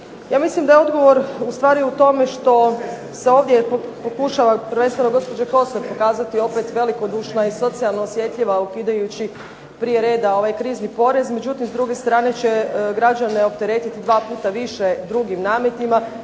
Ja mislim da je odgovor ustvari u tome što se ovdje pokušava, prvenstveno gospođa Kosor, pokazati opet velikodušna i socijalno osjetljiva ukidajući prije reda ovaj krizni porez. Međutim, s druge strane će građane opteretiti 2 puta više drugim nametima.